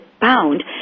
pound